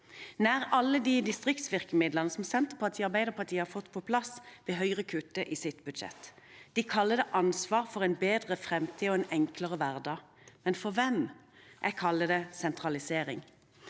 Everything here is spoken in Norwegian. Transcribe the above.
Nær alle de distriktsvirkemidlene som Senterpartiet og Arbeiderpartiet har fått på plass, vil Høyre kutte i sitt budsjett. De kaller det ansvar for en bedre fremtid og en enklere hverdag – men for hvem? Jeg kaller det sentralisering.